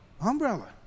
umbrella